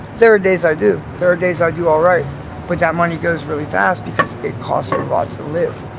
there are days i do. there are days i do alright but that money goes really fast because it costs a lot to live.